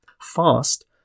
Fast